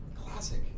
Classic